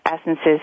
essences